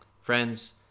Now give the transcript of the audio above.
Friends